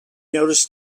noticed